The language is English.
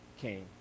came